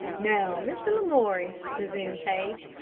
now, mr. lamoury, resumed paige,